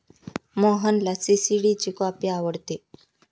मोहनला सी.सी.डी ची कॉफी आवडते